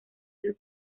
del